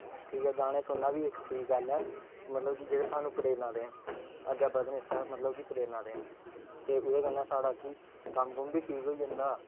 ठीक ऐ गाने सुनना बी इक ठीक गल्ल ऐ मतलब कि जहडे सानू प्रेरणा देन अग्गे बधने दी ते मतलब कि प्रेरणा देन ते ओहदे कन्ने साडा कि कम्म बी ठीक होई जंदा